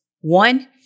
One